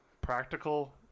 practical